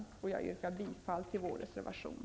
Jag yrkar bifall till vår reservation.